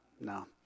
no